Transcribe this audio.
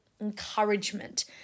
encouragement